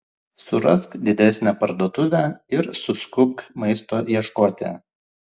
surask didesnę parduotuvę ir suskubk maisto ieškoti